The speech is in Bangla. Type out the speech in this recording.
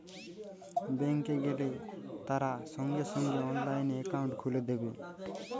ব্যাঙ্ক এ গেলে তারা সঙ্গে সঙ্গে অনলাইনে একাউন্ট খুলে দেবে